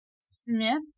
Smith